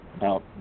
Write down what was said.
Now